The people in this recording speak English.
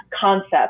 concept